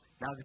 Now